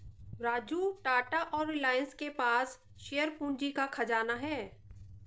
राजू टाटा और रिलायंस के पास शेयर पूंजी का खजाना है